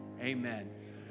Amen